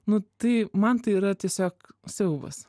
nu tai man tai yra tiesiog siaubas